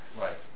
Right